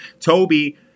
Toby